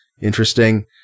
interesting